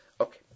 Okay